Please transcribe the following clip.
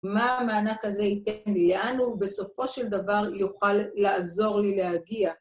מה המענק הזה ייתן לי, לאן הוא בסופו של דבר יוכל לעזור לי להגיע?